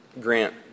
grant